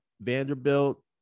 Vanderbilt